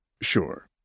Sure